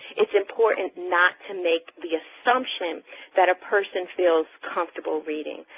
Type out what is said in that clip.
it's important not to make the assumption that a person feels comfortable reading,